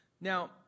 Now